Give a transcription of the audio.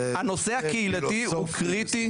הנושא הקהילתי הוא קריטי.